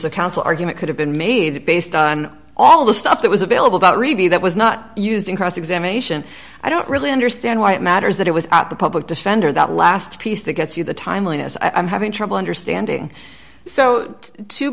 of counsel argument could have been made based on all the stuff that was available but really that was not used in cross examination i don't really understand why it matters that it was the public defender that last piece that gets you the timeliness i'm having trouble understanding so to